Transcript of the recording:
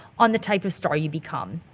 on the type of star you become?